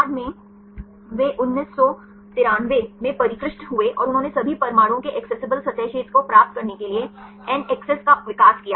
बाद में वे 1993 में परिष्कृत हुए और उन्होंने सभी परमाणुओं के एक्सेसिबल सतह क्षेत्र को प्राप्त करने के लिए NACCESS का विकास किया